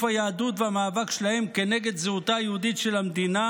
היהדות והמאבק שלהם כנגד זהותה היהודית של המדינה